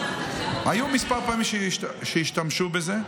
כמה פעמים, היו כמה פעמים שהשתמשו בזה.